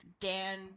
Dan